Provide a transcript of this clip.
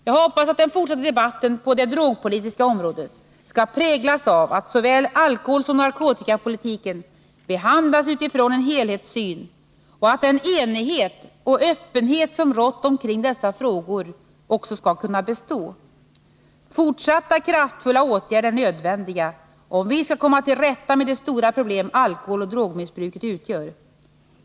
Jag hoppas att den fortsatta debatten på det drogpolitiska området skall präglas av att såväl alkoholsom narkotikapolitiken behandlas utifrån en helhetssyn, och att den enighet och öppenhet som rått omkring dessa frågor också skall kunna bestå. Fortsatta kraftfulla åtgärder är nödvändiga om vi skall komma till rätta med de stora problem alkoholoch drogmissbruket utgör.